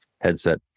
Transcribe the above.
headset